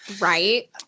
right